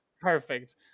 Perfect